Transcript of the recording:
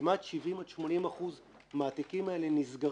70% עד 80% מהתיקים האלה נסגרים.